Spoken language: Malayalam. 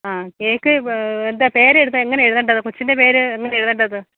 ആ കേക്ക് എന്താ പേര് എഴുതെ എങ്ങനെയാ എഴുതേണ്ടത് കൊച്ചിന്റെ പേര് എങ്ങനെയാ എഴുതേണ്ടത്